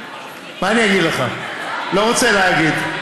מה אני אגיד לך, לא רוצה להגיד.